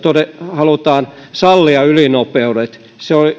halutaan sallia ylinopeudet